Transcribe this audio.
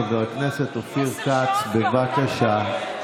חבר הכנסת אופיר כץ, בבקשה.